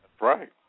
Right